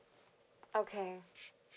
okay